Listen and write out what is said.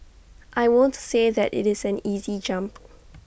I won't say that IT is an easy jump